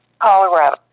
Colorado